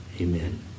Amen